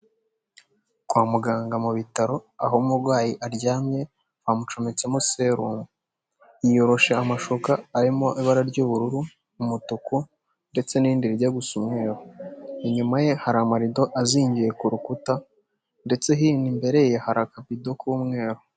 Kwa muganga mu bitaro aho umurwayi aryamye bamumucometsemo serumu. Yiyoroshe amashuka arimo ibara ry'ubururu, umutuku ndetse n'ibindi bijya gusa umweru. Inyuma ye hari amarido azingiye ku rukuta ndetse hino imbere ye hari akabido k'umweru.